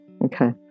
Okay